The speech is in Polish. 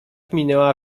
minęła